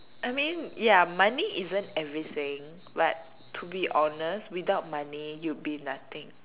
I mean ya money isn't everything but to be honest without money you'd be nothing